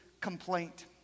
complaint